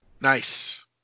Nice